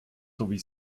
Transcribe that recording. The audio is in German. sowie